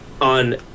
on